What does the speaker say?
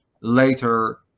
later